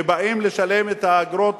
שבאים לשלם את האגורות,